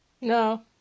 No